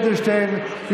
יולי יואל אדלשטיין,